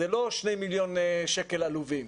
זה לא 2 מיליון שקל עלובים,